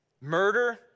murder